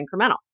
incremental